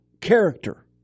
character